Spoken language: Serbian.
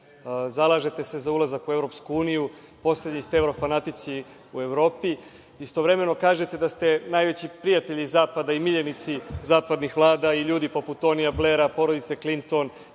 Zalažete se za ulazak u EU, poslednji ste evrofanatici u Evropi. Istovremeno kažete da ste najveći prijatelji Zapada i miljenici zapadnih vlada i ljudi poput Tonija Blera i porodice Klinton